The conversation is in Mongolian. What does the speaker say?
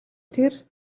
тэр